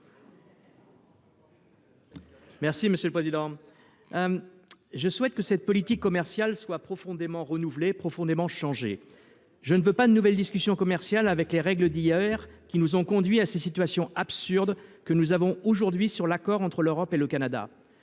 Marie, sur l’article. Je souhaite que « cette politique commerciale soit profondément renouvelée, profondément changée. Je ne veux pas de nouvelles discussions commerciales avec les règles d’hier, qui nous ont conduits à ces situations absurdes que nous avons aujourd’hui sur l’accord entre l’Europe et le Canada.